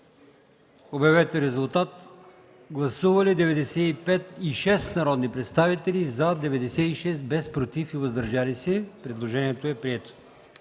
Обявете резултат. Гласували 94 народни представители: за 86, против 7, въздържал се 1. Предложението е прието.